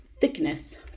thickness